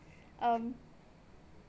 um